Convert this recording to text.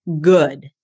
good